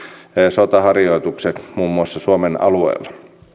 sotaharjoitukset muun muassa suomen alueella